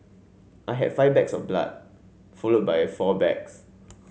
i had five bags of blood followed by four bags